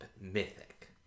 mythic